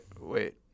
Wait